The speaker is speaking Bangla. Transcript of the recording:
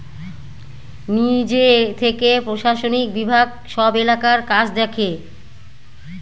নিজে থেকে প্রশাসনিক বিভাগ সব এলাকার কাজ দেখে